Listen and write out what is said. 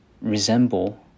resemble